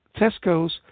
Tesco's